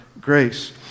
grace